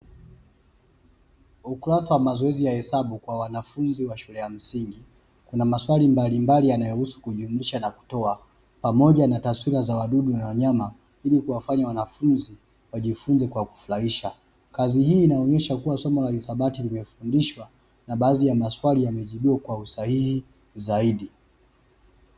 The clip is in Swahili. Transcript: Ukurasa wa mazoezi ya hesabu kwa wanafunzi wa shule ya msingi. Kuna maswali mbalimbali yanayohusu kujumulisha na kutoa, pamoja na taswira za wadudu na wanyama ili kuwafanya wanafunzi wajifunze kwa kufurahisha. Kazi hii inaonyesha kuwa somo la hisabati limefundishwa na baadhi ya maswali yamejibiwa kwa usahihi zaidi.